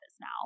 now